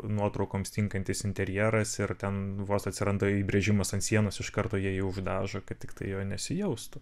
nuotraukoms tinkantis interjeras ir ten vos atsiranda įbrėžimas ant sienos iš karto jie jį uždažo kad tiktai jo nesijaustų